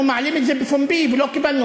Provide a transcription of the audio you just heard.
אנחנו מעלים את זה בפומבי, ולא קיבלנו.